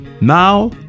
Now